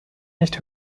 nicht